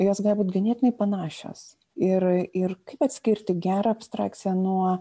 jos gali būt ganėtinai panašios ir ir kaip atskirti gerą abstrakciją nuo